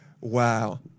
Wow